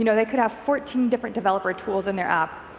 you know they could have fourteen different developer tools in their app,